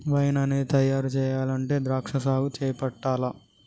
wine అనేది తయారు చెయ్యాలంటే ద్రాక్షా సాగు చేపట్టాల్ల